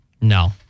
No